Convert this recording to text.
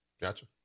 gotcha